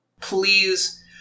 please